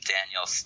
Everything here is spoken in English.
Daniel